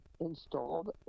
installed